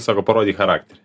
sako parodyk charakterį